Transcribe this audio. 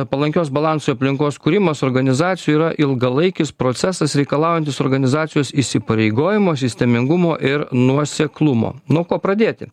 palankios balansui aplinkos kūrimas organizacijoj yra ilgalaikis procesas reikalaujantis organizacijos įsipareigojimo sistemingumo ir nuoseklumo nuo ko pradėti